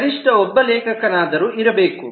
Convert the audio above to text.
ಕನಿಷ್ಠ ಒಬ್ಬ ಲೇಖಕನಾದರು ಇರಬೇಕು